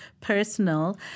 personal